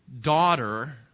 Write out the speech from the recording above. daughter